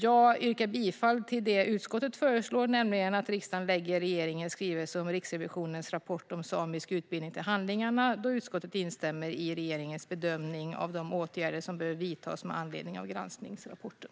Jag yrkar bifall till det som utskottet föreslår, nämligen att riksdagen lägger regeringens skrivelse om Riksrevisionens rapport om samisk utbildning till handlingarna, då utskottet instämmer i regeringens bedömning av de åtgärder som behöver vidtas med anledning av granskningsrapporten.